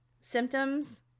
symptoms